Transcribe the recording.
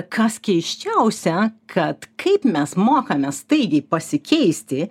kas keisčiausia kad kaip mes mokame staigiai pasikeisti